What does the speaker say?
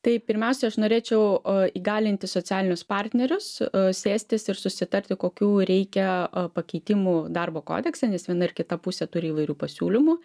tai pirmiausia aš norėčiau įgalinti socialinius partnerius sėstis ir susitarti kokių reikia pakeitimų darbo kodekse nes viena ir kita pusė turi įvairių pasiūlymų